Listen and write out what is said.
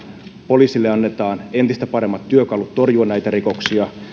poliisille annetaan entistä paremmat työkalut torjua näitä rikoksia